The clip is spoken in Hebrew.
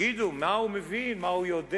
יגידו: מה הוא מבין, מה הוא יודע?